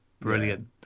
brilliant